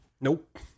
Nope